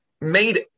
made